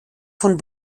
von